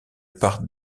part